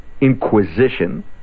inquisition